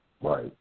Right